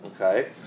Okay